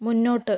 മുന്നോട്ട്